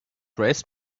raised